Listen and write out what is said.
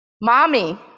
mommy